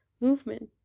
movement